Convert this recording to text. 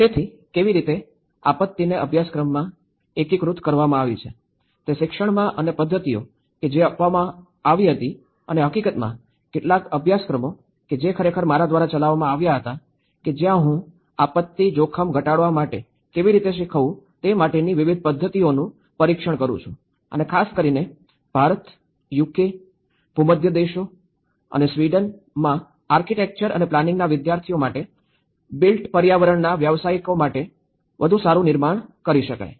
તેથી કેવી રીતે આપત્તિને અભ્યાસક્રમમાં કેવી રીતે એકીકૃત કરવામાં આવી છે તે શિક્ષણમાં અને પદ્ધતિઓ કે જે અપનાવવામાં આવી હતી અને હકીકતમાં કેટલાક અભ્યાસક્રમો કે જે ખરેખર મારા દ્વારા ચલાવવામાં આવ્યા હતા કે જ્યાં હું આપત્તિ જોખમ ઘટાડવા માટે કેવી રીતે શીખવવું તે માટેની વિવિધ પદ્ધતિઓનું પરીક્ષણ કરું છું અને ખાસ કરીને ભારત યુકે ભૂમધ્ય દેશો અને સ્વીડનમાં આર્કિટેક્ચર અને પ્લાનિંગના વિદ્યાર્થીઓ માટે બિલ્ટ પર્યાવરણના વ્યાવસાયિકો માટે વધુ સારું નિર્માણ કરી શકાય